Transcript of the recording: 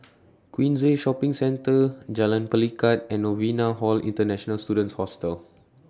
Queensway Shopping Centre Jalan Pelikat and Novena Hall International Students Hostel